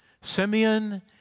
Simeon